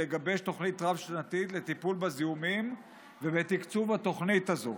לגבש תוכנית רב-שנתית לטיפול בזיהומים ולתקצב את התוכנית הזו.